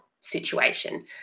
situation